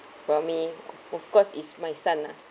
for me of course is my son ah